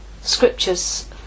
scriptures